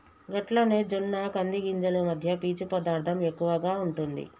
గట్లనే జొన్న కంది గింజలు మధ్య పీచు పదార్థం ఎక్కువగా ఉంటుంది